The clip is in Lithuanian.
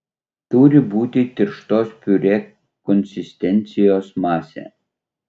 turi būti tirštos piurė konsistencijos masė